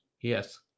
Yes